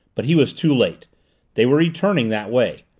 but he was too late they were returning that way.